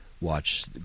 watch